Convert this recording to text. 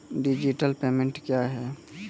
Digital payment क्या हैं?